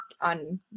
on